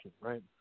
right